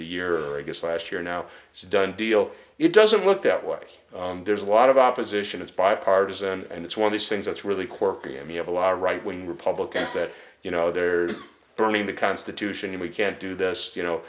the year or i guess last year now it's a done deal it doesn't look that way there's a lot of opposition it's bipartisan and it's one of these things that's really quirky and we have a lot of right wing republicans that you know they're burning the constitution and we can't do this you know